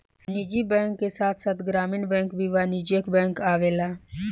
निजी बैंक के साथ साथ ग्रामीण बैंक भी वाणिज्यिक बैंक आवेला